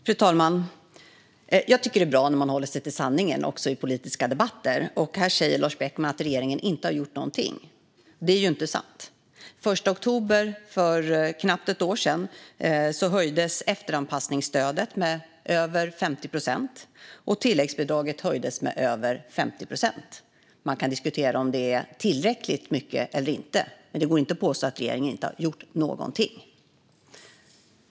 Fru talman! Jag tycker att det är bra när man håller sig till sanningen också i politiska debatter. Här säger Lars Beckman att regeringen inte har gjort någonting. Det är inte sant. Den 1 oktober, för knappt ett år sedan, höjdes efteranpassningsstödet med över 50 procent. Och tilläggsbidraget höjdes med över 50 procent. Man kan diskutera om det är tillräckligt mycket eller inte, men det går inte att påstå att regeringen inte har gjort någonting.